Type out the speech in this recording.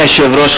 אדוני היושב-ראש,